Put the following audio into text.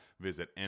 Visit